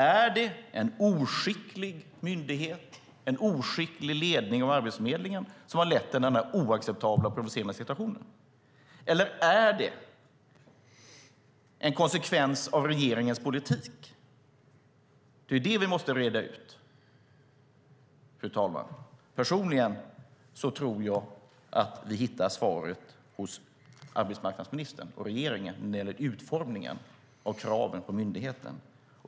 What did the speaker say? Är det en oskicklig myndighet och en oskicklig ledning av Arbetsförmedlingen som har lett till denna oacceptabla och provocerande situation? Eller är det en konsekvens av regeringens politik? Det är det vi måste reda ut, fru talman. Personligen tror jag att vi hittar svaret hos arbetsmarknadsministern och regeringen när det gäller utformningen av kraven på myndigheten.